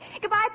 Goodbye